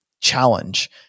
challenge